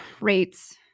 rates